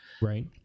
right